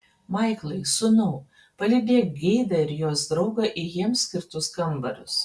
maiklai sūnau palydėk geidą ir jos draugą į jiems skirtus kambarius